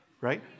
Right